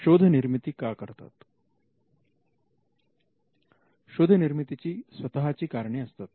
शोध निर्मितीची स्वतःची कारणे असतात